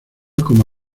como